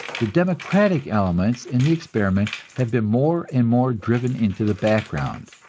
the democratic elements in the experiment have been more and more driven into the background,